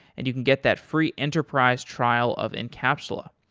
and you can get that free enterprise trial of encapsula.